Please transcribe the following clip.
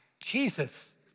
Jesus